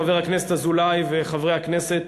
חבר הכנסת אזולאי וחברי הכנסת,